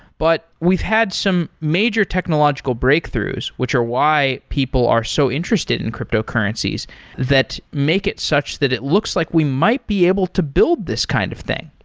but we've had some major technological breakthroughs, which are why people are so interested in cryptocurrencies that make it such that it looks like we might be able to build this kind of thing.